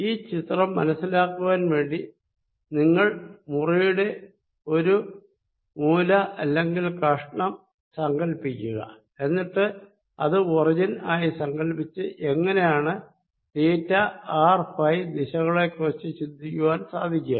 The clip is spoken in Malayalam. ഈ ചിത്രം മനസ്സിലാക്കുവാൻ വേണ്ടി നിങ്ങൾ ഒരു മുറിയുടെ മൂല അല്ലെങ്കിൽ കഷ്ണം സങ്കൽപ്പിക്കുക എന്നിട്ട് അത് ഒറിജിൻ ആയി സങ്കൽപ്പിച്ച് എങ്ങിനെയാണ് തീറ്റ ആർ ഫൈ ദിശകളെക്കുറിച്ച് ചിന്തിക്കുവാൻ സാധിക്കുക